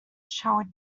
showered